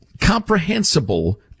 comprehensible